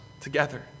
Together